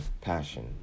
passion